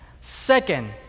Second